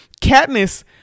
Katniss